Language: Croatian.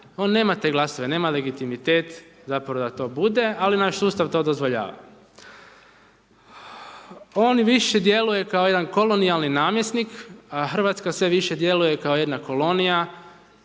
on nema te glasove, nema legitimitet zapravo da to bude ali naš sustav to dozvoljava. On više djeluje kao jedan kolonijalni namjesnik a Hrvatska sve više djeluje kao jedna kolonija,